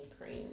cream